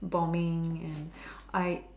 bombing and I